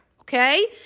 okay